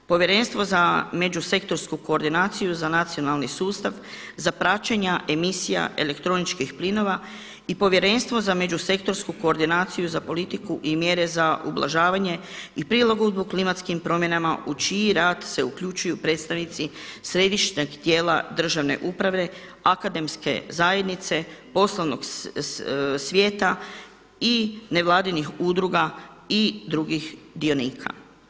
Povjerenstvo za međusektorsku koordinaciju za nacionalni sustav za praćenja emisija elektroničkih plinova i Povjerenstvo za međusektorsku koordinaciju za politiku i mjere za ublažavanje i prilagodbu klimatskim promjenama u čiji rad se uključuju predstavnici središnjeg tijela državne uprave, akademske zajednice, poslovnog svijeta i nevladinih udruga i drugih dionika.